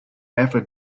never